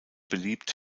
beliebt